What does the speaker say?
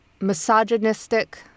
misogynistic